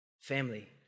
Family